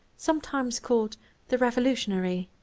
sometimes called the revolutionary.